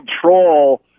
control